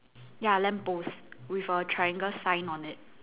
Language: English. ya lamp post with a triangle sign on it